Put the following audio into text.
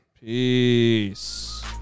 Peace